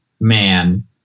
man